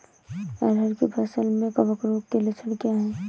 अरहर की फसल में कवक रोग के लक्षण क्या है?